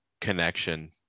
connection